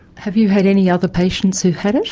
have you had any other patients who've had it?